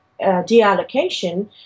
deallocation